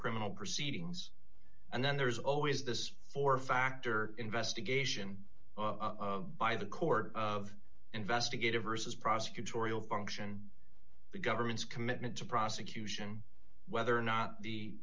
criminal proceedings and then there is always this four factor investigation by the court of investigative rhesus prosecutorial function the government's commitment to prosecution whether or not the